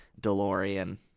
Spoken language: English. delorean